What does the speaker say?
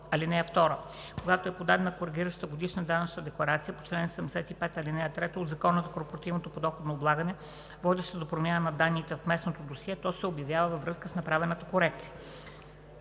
отнася. (2) Когато е подадена коригираща годишна данъчна декларация по чл. 75, ал. 3 от Закона за корпоративното подоходно облагане, водеща до промяна на данните в местното досие, то се обновява във връзка с направената корекция.